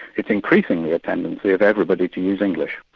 it's increasingly a tendency of everybody to use english.